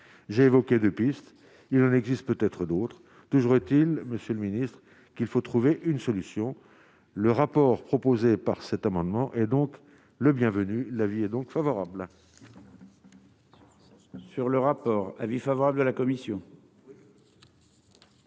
j'ai évoqué de piste, il en existe peut-être d'autres, toujours est-il, Monsieur le Ministre, qu'il faut trouver une solution, le rapport proposé par cet amendement est donc le bienvenu, l'avis est donc favorable. Sur le rapport avis favorable de la commission.